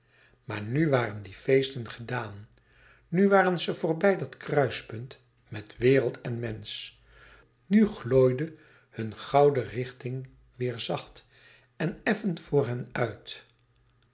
maar nu waren die feesten gedaan nu waren ze voorbij dat kruispunt met wereld en mensch nu glooide hun gouden richting weêr zacht en effen voor hen uit